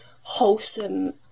wholesome